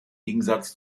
gegensatz